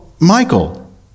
Michael